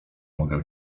mogę